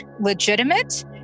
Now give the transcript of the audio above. legitimate